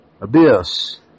Abyss